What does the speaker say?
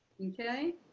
Okay